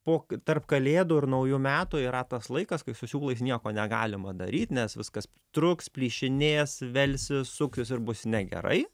po tarp kalėdų ir naujų metų yra tas laikas kai su siūlais nieko negalima daryt nes viskas truks plyšinės velsis suksis ir bus negerai